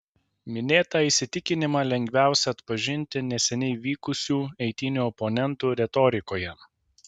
minėtą įsitikinimą lengviausia atpažinti neseniai vykusių eitynių oponentų retorikoje